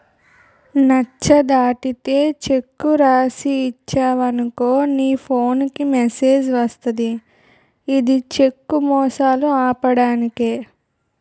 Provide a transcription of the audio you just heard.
నచ్చ దాటితే చెక్కు రాసి ఇచ్చేవనుకో నీ ఫోన్ కి మెసేజ్ వస్తది ఇది చెక్కు మోసాలు ఆపడానికే